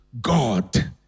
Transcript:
God